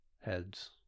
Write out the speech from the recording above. heads